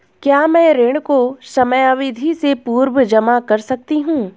क्या मैं ऋण को समयावधि से पूर्व जमा कर सकती हूँ?